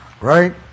right